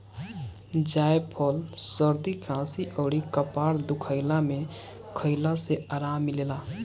जायफल सरदी खासी अउरी कपार दुखइला में खइला से आराम मिलेला